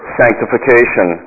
sanctification